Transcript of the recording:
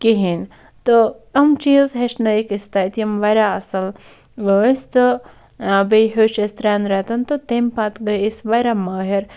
کِہٕیٖنٛۍ تہٕ یِم چیٖز ہیٚچھنٲیِکھ أسۍ تَتہِ یِم واریاہ اصٕل ٲسۍ تہٕ بیٚیہِ ہیٚوچھ اَسہِ ترٛیٚن ریٚتَن تہٕ تمہِ پَتہٕ گٔے أسۍ واریاہ مٲہِر